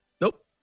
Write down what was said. Nope